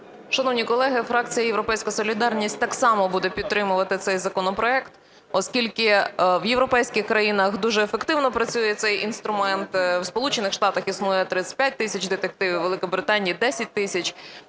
Шановні колеги, фракція "Європейська солідарність" так само буде підтримувати цей законопроект, оскільки в європейських країнах дуже ефективно працює цей інструмент: в Сполучених Штатах існує 35 тисяч детективів, у Великобританії –10 тисяч.